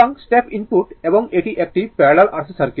সুতরাং step input এবং এটি একটি প্যারালাল RC সার্কিট